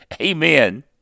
Amen